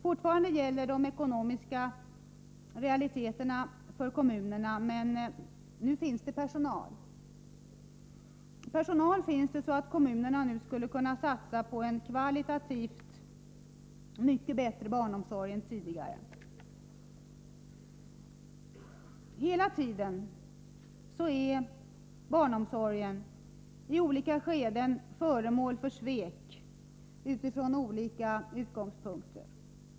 Fortfarande gäller de ekonomiska realiteterna för kommunerna, men nu finns det personal. Kommunerna skulle nu kunna satsa på en kvalitativt mycket bättre barnomsorg än tidigare. Barnomsorgen har i olika skeden varit föremål för svek utifrån olika utgångspunkter.